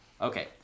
Okay